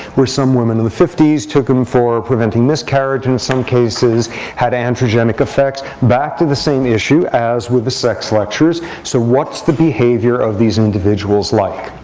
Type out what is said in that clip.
where some women in the fifty s took them for preventing miscarriage, in some cases had androgenic effect. back to the same issue as with the sex lectures, so what's the behavior of these individuals like?